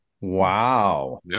Wow